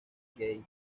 gate